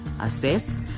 assess